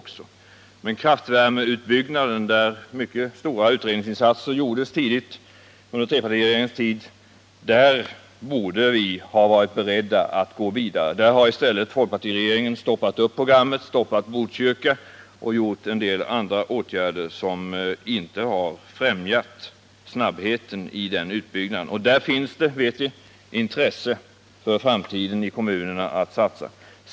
När det gäller kraftvärmeutbyggnaden, beträffande vilken mycket stora utredningsinsatser gjordes tidigt under trepartiregeringens tid, borde vi nu ha gått vidare. Där har i stället folkpartiregeringen stoppat programmet i t.ex. Botkyrka och vidtagit en del andra åtgärder som inte har främjat snabbheten i utbyggnaden. Vi vet att det i många kommuner i Sverige finns intresse för att i framtiden satsa på en kraftvärmeutbyggnad. 10.